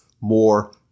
more